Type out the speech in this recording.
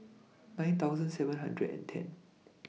nine seven hundred and ten